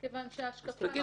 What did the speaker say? טעות.